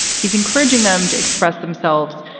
he's encouraging them to express themselves,